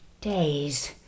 days